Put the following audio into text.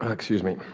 excuse me.